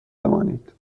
بمانید